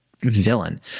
villain